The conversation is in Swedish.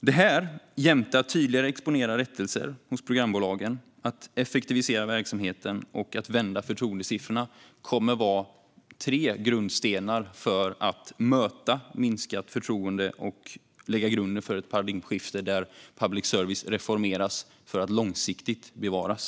Detta jämte att tydligare exponera rättelser hos programbolagen, effektivisera verksamheten och vända förtroendesiffrorna kommer att vara grundstenar för att möta minskat förtroende och lägga grunden för ett paradigmskifte där public service reformeras för att långsiktigt bevaras.